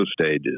stages